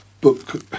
book